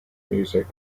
music